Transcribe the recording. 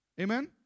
Amen